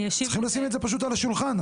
צריכים לשים את זה פשוט על השולחן.